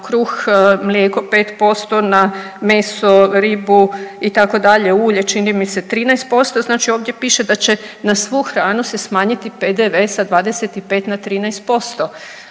kruh, mlijeko 5%, na meso, ribu itd. ulje čini mi se 13% znači ovdje piše da će na svu hranu se smanjiti PDV sa 25 na 13%.